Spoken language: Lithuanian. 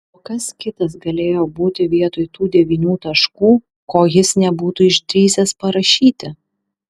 o kas kitas galėjo būti vietoj tų devynių taškų ko jis nebūtų išdrįsęs parašyti